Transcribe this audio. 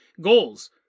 goals